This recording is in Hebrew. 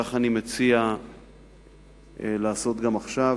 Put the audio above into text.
וכך אני מציע לעשות גם עכשיו,